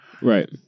Right